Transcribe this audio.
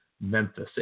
Memphis